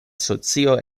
socio